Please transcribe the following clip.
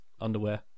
underwear